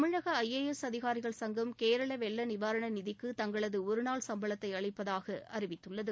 தமிழக I A S அதிகாரிகள் சங்கம் கேரள வெள்ள நிவாரண நிதிக்கு தங்களது ஒருநாள் சம்பளத்தை அளிப்பதாக அறிவித்துள்ளது